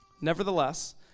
Nevertheless